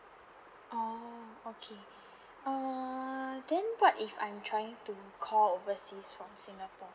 orh okay uh then what if I'm try to call overseas from singapore